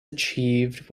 achieved